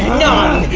nine,